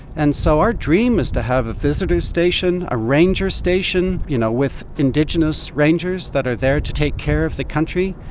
and so our dream is to have a visitors station, a rangers station you know with indigenous rangers that are there to take care of the country,